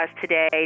today